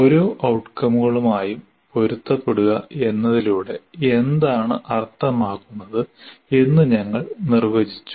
ഓരോ ഔട്ട്കമുകളുമായും പൊരുത്തപ്പെടുക എന്നതിലൂടെ എന്താണ് അർത്ഥമാക്കുന്നത് എന്ന് ഞങ്ങൾ നിർവചിച്ചു